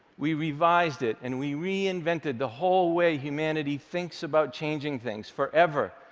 we revised it, and we reinvented the whole way humanity thinks about changing things, forever,